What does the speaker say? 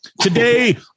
Today